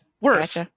Worse